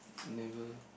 never